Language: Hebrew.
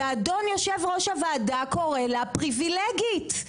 והאדון יושב-ראש הוועדה קורא לה פריבילגית.